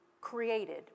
created